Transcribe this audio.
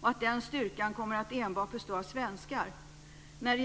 och att denna styrka kommer att bestå av enbart svenskar.